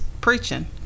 preaching